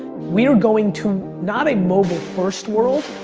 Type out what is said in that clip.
we are going to, not a mobile first world,